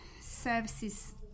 services